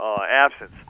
absence